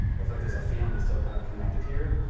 like there's a family still kind of connected here,